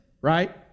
right